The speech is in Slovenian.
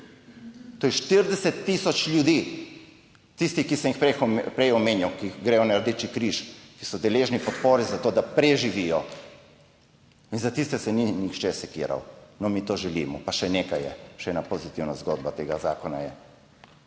To je 40000 ljudi, tisti, ki sem jih prej omenjal, ki gredo na Rdeči križ, ki so deležni podpore za to, da preživijo. In za tiste se ni nihče sekiral. No, mi to želimo. Pa še nekaj je, še ena pozitivna zgodba tega zakona je.